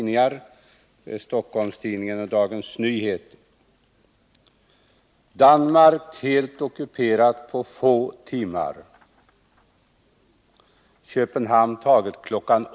I Stockholms-Tidningen kunde man läsa: ”Danmark helt ockuperat på få timmar. Köpenhamn taget kl.